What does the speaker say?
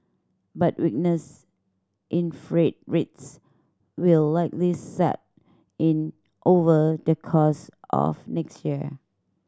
but weakness in freight rates will likely set in over the course of next year